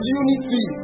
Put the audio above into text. unity